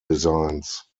designs